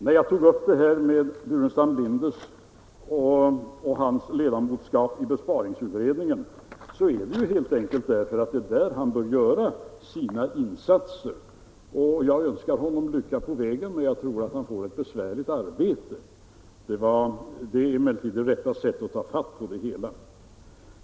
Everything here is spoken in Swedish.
När jag tog upp det här med Burenstam Linders ledamotskap i besparingsutredningen var det ju helt enkelt därför att det är där han bör göra sina insatser, och jag önskar honom lycka på vägen, men jag tror att han får ett besvärligt arbete. Det är emellertid det rätta sättet att klara ut det hela.